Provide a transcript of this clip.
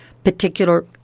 Particular